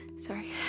Sorry